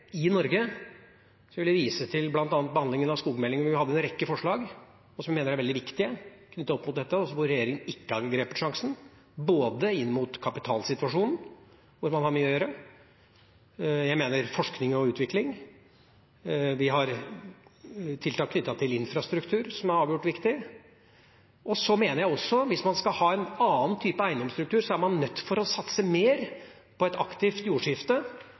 i Norge, vil jeg vise til bl.a. behandlingen av skogmeldingen. Vi hadde en rekke forslag knyttet til dette – som jeg mener er veldig viktig, og hvor regjeringa ikke har grepet sjansen – både inn mot kapitalsituasjonen, hvor man har mye å gjøre, og inn mot forskning og utvikling. Og vi har tiltak knyttet til infrastruktur, som er avgjort viktig. Jeg mener også at hvis man skal ha en annen type eiendomsstruktur, er man nødt til å satse mer på et aktivt jordskifte